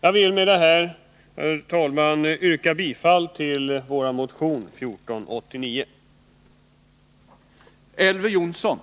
Jag vill med det anförda yrka bifall till vår motion nr 1489.